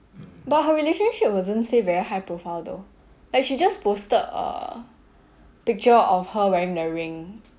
but her relationship wasn't say very high profile though like she just posted a picture of her wearing the ring